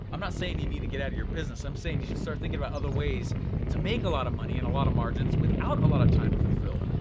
i'm not saying you need to get out of your business, i'm saying you should start thinking about other ways to make a lot of money and a lot of margins without a lot of time to fulfill.